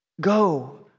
Go